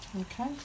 okay